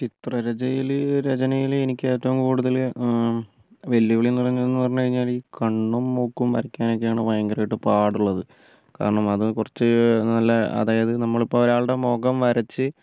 ചിത്രരചനയിൽ രചനയിൽ എനിക്കേറ്റവും കൂടുതൽ വെല്ലുവിളി എന്നുപറഞ്ഞതെന്നു പറഞ്ഞ് കഴിഞ്ഞാൽ കണ്ണും മൂക്കും വരയ്ക്കാനൊക്കെയാണ് ഭയങ്കരമായിട്ട് പാടുള്ളത് കാരണം അത് കുറച്ച് നല്ല അതായത് നമ്മളിപ്പോൾ ഒരാളുടെ മുഖം വരച്ച്